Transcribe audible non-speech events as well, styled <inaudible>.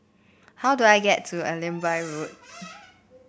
how do I get to Allenby <noise> Road